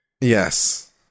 Yes